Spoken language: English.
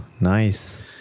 Nice